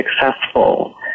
successful